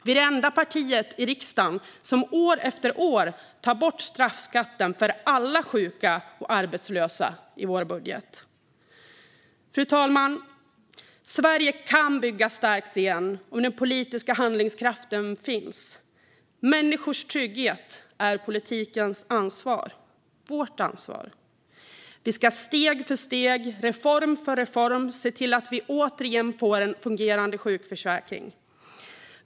Vi är det enda parti i riksdagen som år efter år tar bort straffskatten för alla sjuka och arbetslösa i vår budget. Fru talman! Sverige kan byggas starkt igen om den politiska handlingskraften finns. Människors trygghet är politikens ansvar - vårt ansvar. Vi ska steg för steg, reform för reform se till att vi återigen får en fungerande sjukförsäkring.